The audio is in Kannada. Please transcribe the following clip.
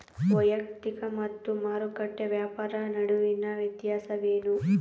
ವೈಯಕ್ತಿಕ ಮತ್ತು ಮಾರುಕಟ್ಟೆ ವ್ಯಾಪಾರ ನಡುವಿನ ವ್ಯತ್ಯಾಸವೇನು?